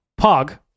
Pog